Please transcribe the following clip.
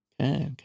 Okay